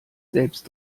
selbst